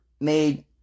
made